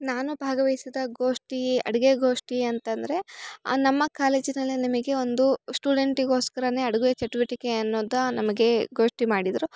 ನಾನು ಭಾಗವಹಿಸಿದ ಗೋಷ್ಠಿ ಅಡುಗೆ ಗೋಷ್ಠಿ ಅಂತಂದರೆ ನಮ್ಮ ಕಾಲೇಜಿನಲ್ಲಿ ನಮಗೆ ಒಂದು ಸ್ಟುಡೆಂಟಿಗೋಸ್ಕರ ಅಡುಗೆ ಚಟುವಟಿಕೆ ಅನ್ನೋದು ನಮಗೆ ಗೋಷ್ಠಿ ಮಾಡಿದ್ರು